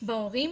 בהורים